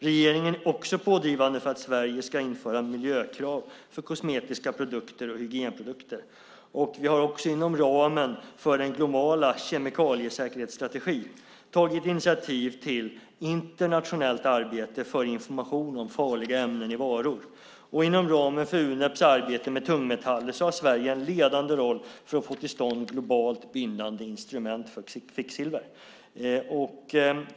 Regeringen är pådrivande för att Sverige ska införa miljökrav för kosmetiska produkter och hygienprodukter. Vi har också inom ramen för den globala kemikaliesäkerhetsstrategin tagit initiativ till internationellt arbete för information om farliga ämnen i varor. Inom ramen för Uneps arbete med tungmetaller har Sverige en ledande roll för att få till stånd globalt bindande instrument för kvicksilver.